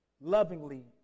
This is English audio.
lovingly